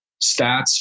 stats